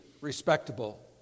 respectable